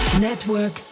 Network